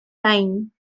time